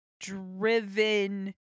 driven